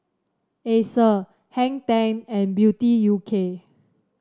Acer Hang Ten and Beauty U K